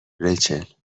ریچل